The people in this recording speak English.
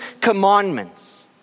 commandments